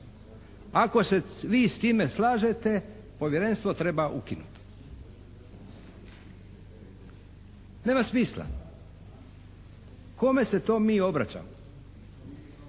Ako se vi s time slažete Povjerenstvo treba ukinuti. Nema smisla. Kome se to mi obraćamo?